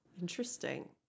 Interesting